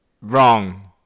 Wrong